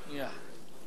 שנייה.